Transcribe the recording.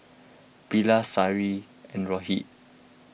Bilahari Saina and Rohit